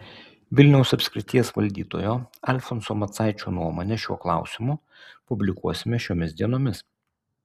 vilniaus apskrities valdytojo alfonso macaičio nuomonę šiuo klausimu publikuosime šiomis dienomis